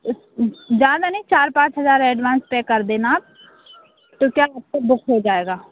ज्यादा नहीं चार पाँच हजार एडवांस पे कर देना आप तो क्या है के बुक हो जायेगा